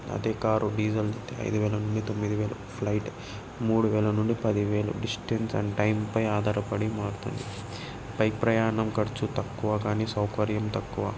అయితే car diesel అయితే ఐదు వేల నుండి తొమ్మిది వేలు ఫ్లైట్ మూడు వేల నుండి పది వేలు డిస్టెన్స్ అండ్ టైంపై ఆధారపడి మారుతుంది బైక్ ప్రయాణం ఖర్చు తక్కువ కానీ సౌకర్యం తక్కువ